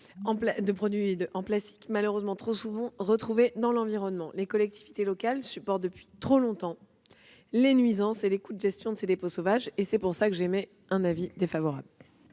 de produits en plastique, malheureusement trop souvent retrouvés dans l'environnement. Les collectivités territoriales supportent depuis trop longtemps les nuisances et les coûts de gestion de ces dépôts sauvages ; aussi, j'émets un avis défavorable